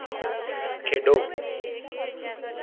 खेढो